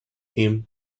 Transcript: him